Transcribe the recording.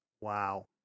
Wow